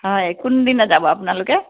হয় কোনদিনা যাব আপোনালোকে